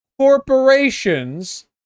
corporations